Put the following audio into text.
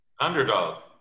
Underdog